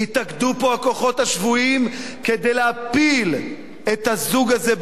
יתאגדו פה הכוחות השפויים כדי להפיל את הזוג הזה,